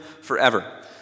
forever